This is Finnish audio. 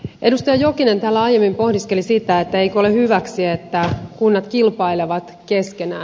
edustaja jokinen täällä aiemmin pohdiskeli sitä eikö ole hyväksi että kunnat kilpailevat keskenään